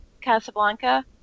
Casablanca